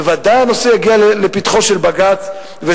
בוודאי הנושא יגיע לפתחו של בג"ץ,